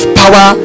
power